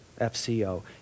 FCO